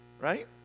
Right